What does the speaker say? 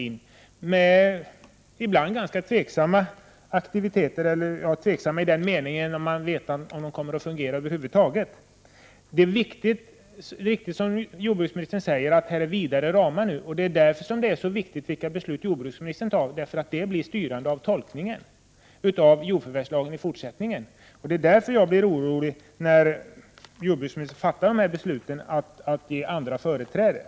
Ibland har det varit fråga om intressenter med aktiviteter som har varit tvivelaktiga i den meningen att man inte har vetat om de över huvud taget kommer att fungera. Som jordbruksministern sade är det riktigt att ramarna i och med den nya lagen har blivit vidare. Det är därför jordbruksministerns beslut är så viktiga. I fortsättningen blir de ju styrande för tolkningen av jordförvärvslagen. Därför blir jag oroad när jordbruksministern fattar beslut som innebär att andra än dessa jordbrukare får företräde.